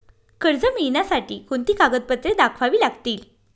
कर्ज मिळण्यासाठी कोणती कागदपत्रे दाखवावी लागतील?